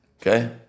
Okay